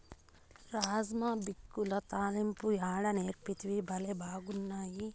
రాజ్మా బిక్యుల తాలింపు యాడ నేర్సితివి, బళ్లే బాగున్నాయి